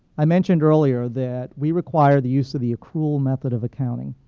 i mentioned earlier that we require the use of the accrual method of accounting.